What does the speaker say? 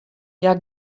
hja